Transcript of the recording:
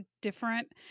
different